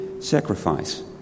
sacrifice